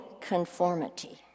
conformity